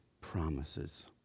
promises